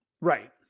Right